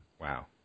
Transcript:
Wow